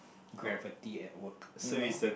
gravity at work you know